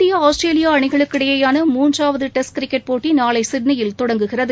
India Australia அணிகளுக்கு இடையேயான மூன்றாவது டெஸ்ட் கிரிக்கெட் போட்டி நாளை சிட்னியில் தொடங்குகிறது